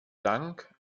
dank